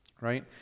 right